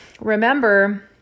remember